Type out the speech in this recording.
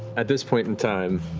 at this point in time,